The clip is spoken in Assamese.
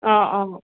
অঁ অঁ